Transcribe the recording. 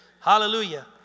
Hallelujah